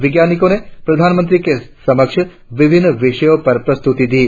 वैज्ञानिकों ने प्रधानमंत्री के समक्ष विभिन्न विषयों पर प्रस्तुति दी